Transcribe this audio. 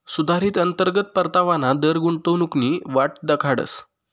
सुधारित अंतर्गत परतावाना दर गुंतवणूकनी वाट दखाडस